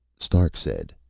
stark said,